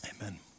amen